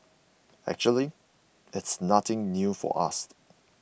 actually it's nothing new for us